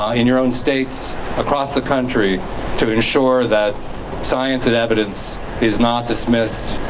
ah in your own states across the country to ensure that science and evidence is not dismissed,